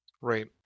Right